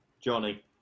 Johnny